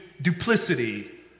duplicity